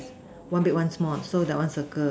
one big one small so that one circle